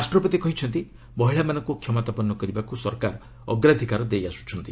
ରାଷ୍ଟ୍ରପତି କହିଛନ୍ତି ମହିଳାମାନଙ୍କୁ କ୍ଷମତାପନ୍ନ କରିବାକୁ ସରକାର ଅଗ୍ରାଧକାର ଦେଇ ଆସ୍ବଛନ୍ତି